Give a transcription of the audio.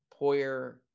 Poyer